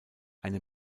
eine